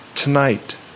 tonight